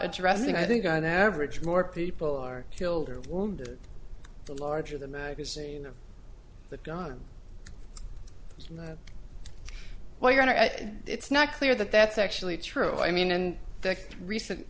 addressing i think on average more people are killed or wounded the larger the magazine of the gun while you're at it it's not clear that that's actually true i mean and the recent